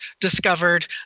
discovered